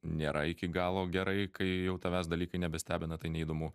nėra iki galo gerai kai jau tavęs dalykai nebestebina tai neįdomu